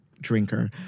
drinker